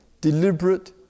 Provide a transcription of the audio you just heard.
deliberate